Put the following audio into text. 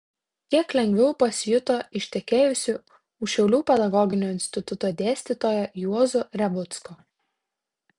kiek lengviau pasijuto ištekėjusi už šiaulių pedagoginio instituto dėstytojo juozo revucko